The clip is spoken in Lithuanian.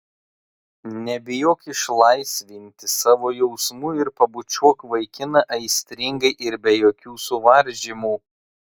nebijok išlaisvinti savo jausmų ir pabučiuok vaikiną aistringai ir be jokių suvaržymų